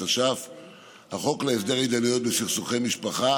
התש"ף 2020. החוק להסדר התדיינויות בסכסוכי משפחה